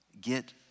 Get